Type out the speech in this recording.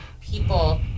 people